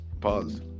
Pause